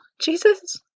Jesus